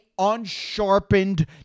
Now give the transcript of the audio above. unsharpened